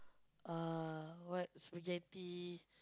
uh what spaghetti